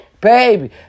baby